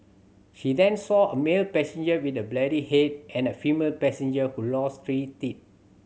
she then saw a male passenger with a bloodied head and a female passenger who lost three teeth